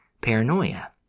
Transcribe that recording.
paranoia